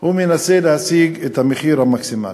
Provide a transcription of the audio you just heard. הוא מנסה להשיג את המחיר המקסימלי.